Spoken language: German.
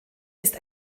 ist